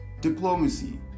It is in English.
diplomacy